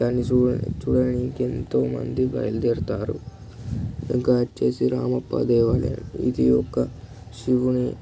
దాన్ని చూడ చూడడానికి ఎంతోమంది బయలుదేరతారు ఇంకా వచ్చి రామప్ప దేవాలయం ఇది ఒక శివుని